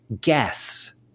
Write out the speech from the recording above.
guess